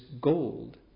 gold